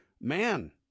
man